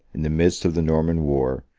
in the midst of the norman war,